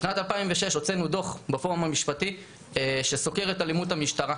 בשנת 2006 הוצאנו דוח בפורום המשפטי שסוקר את אלימות המשטרה.